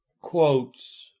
quotes